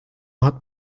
hat